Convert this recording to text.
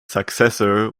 successor